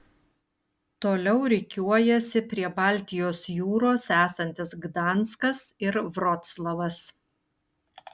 toliau rikiuojasi prie baltijos jūros esantis gdanskas ir vroclavas